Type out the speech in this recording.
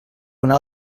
una